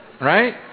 right